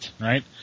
Right